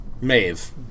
Maeve